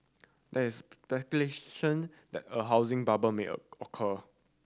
there is speculation that a housing bubble may occur